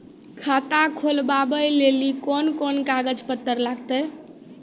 खाता खोलबाबय लेली कोंन कोंन कागज पत्तर लगतै?